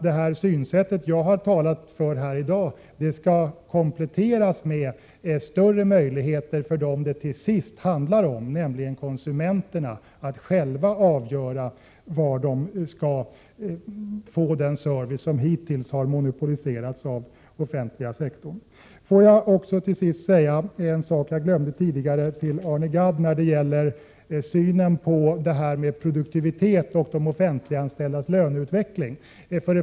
Det synsätt som jag har talat för i dag tror jag bör kompletteras med större möjligheter för dem det till sist handlar om, nämligen konsumenterna, att själva avgöra var de skall få den service som hittills har monopoliserats till den offentliga sektorn. Låt mig slutligen säga några ord till Arne Gadd om synen på produktivitet och de offentliganställdas löneutveckling.